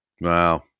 Wow